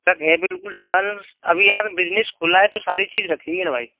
sir है बिलकुल sir अभी यार बिजनेस खुला है तो सारी चीज़ रखी है ना भाई